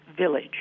Village